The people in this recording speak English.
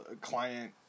client